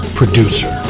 producer